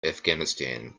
afghanistan